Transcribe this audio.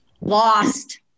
Lost